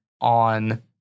on